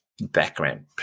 background